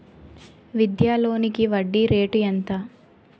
విద్యా లోనికి వడ్డీ రేటు ఎంత?